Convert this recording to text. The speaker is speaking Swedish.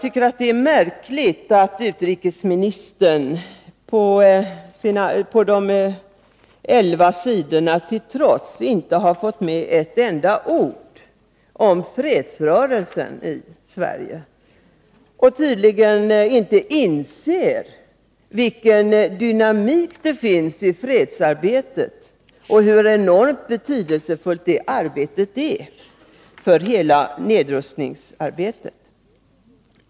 Det är märkligt att utrikesministern, trots att underlaget till hans svar omfattar elva sidor, inte har fått med ett enda ord om fredsrörelsen i Sverige och tydligen inte inser vilken dynamik det finns i fredsarbetet och hur enormt betydelsefull den verksamheten är för hela nedrustningsarbetet.